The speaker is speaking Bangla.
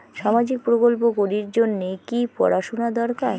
সামাজিক প্রকল্প করির জন্যে কি পড়াশুনা দরকার?